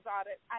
audit